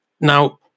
Now